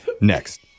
next